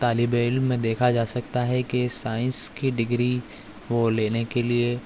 طالب علم میں دیکھا جا سکتا ہے کہ سائنس کی ڈگری کو لینے کے لئے